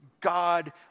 God